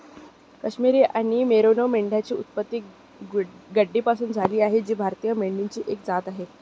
काश्मिरी आणि मेरिनो मेंढ्यांची उत्पत्ती गड्डीपासून झाली आहे जी भारतीय मेंढीची एक जात आहे